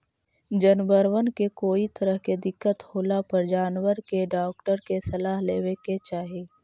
जनबरबन के कोई तरह के दिक्कत होला पर जानबर के डाक्टर के सलाह लेबे के चाहि